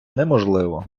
неможливо